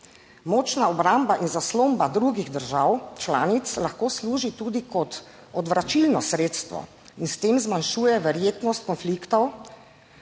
Močna obramba in zaslomba drugih držav članic lahko služi tudi kot odvračilno sredstvo in s tem zmanjšuje verjetnost konfliktov.